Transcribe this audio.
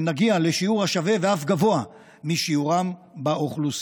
נגיע לשיעור השווה ואף גבוה משיעורם באוכלוסייה.